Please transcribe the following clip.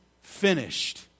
Finished